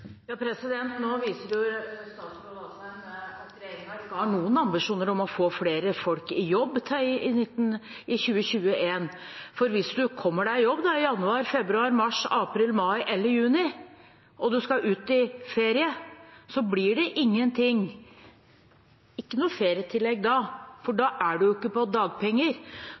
Nå viser statsråd Asheim at regjeringen ikke har noen ambisjoner om å få flere folk i jobb i 2021. Hvis man kommer seg i jobb i januar, februar, mars, april, mai eller juni, og man skal ut i ferie, blir det ingenting, ikke noe ferietillegg da, for da er man ikke på dagpenger.